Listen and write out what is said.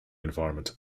environment